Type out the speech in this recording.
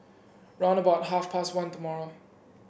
round about half past one tomorrow